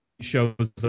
shows